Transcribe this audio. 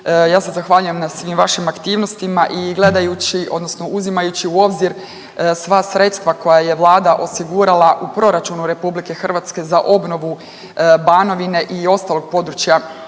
Ja se zahvaljujem na svim vašim aktivnostima i gledajući odnosno uzimajući u obzir sva sredstva koja je Vlada osigurala u proračunu Republike Hrvatske za obnovu Banovine i ostalog područja